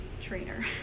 trainer